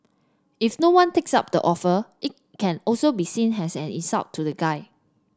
if no one takes up the offer it can also be seen as an insult to the guy